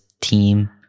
team